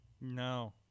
no